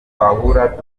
twahura